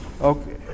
Okay